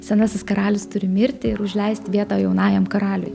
senasis karalius turi mirti ir užleist vietą jaunajam karaliui